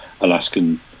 Alaskan